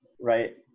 Right